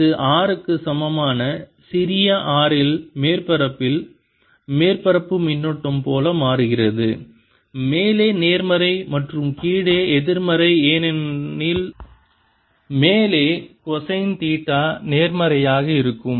இது R க்கு சமமான சிறிய r இல் மேற்பரப்பில் மேற்பரப்பு மின்னூட்டம் போல மாறுகிறது மேலே நேர்மறை மற்றும் கீழே எதிர்மறை ஏனெனில் மேலே கொசைன் தீட்டா நேர்மறையாக இருக்கும்